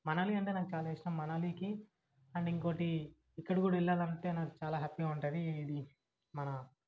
మనాలి అంటే నాకు చాలా ఇష్టం మనాలికి అండ్ ఇంకోటి ఇక్కడికి కూడా వెళ్ళాలంటే నాకు చాలా హ్యాపీగా ఉంటుంది ఇది మన